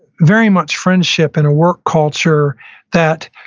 very much friendship in a work culture that,